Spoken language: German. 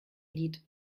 lied